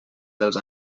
dels